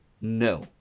no